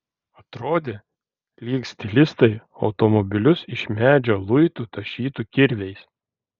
atrodė lyg stilistai automobilius iš medžio luitų tašytų kirviais